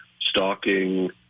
stalking